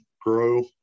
grow